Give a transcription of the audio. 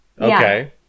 Okay